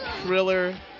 thriller